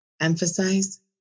emphasize